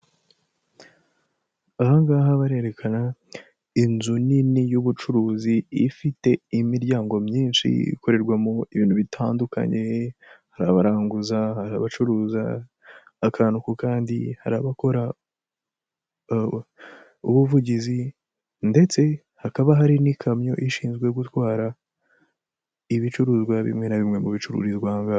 Aha ngaha barerekana inzu nini y'ubucuruzi ifite imiryango myinshi ikorerwamo ibintu bitandukanye, hari abaranguza, abacuruza akantu ku kandi, hari abakora ubuvugizi ndetse hakaba hari n'ikamyo ishinzwe gutwara ibicuruzwa bimwe na bimwe mu bicururizwa aha ngaha.